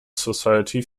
society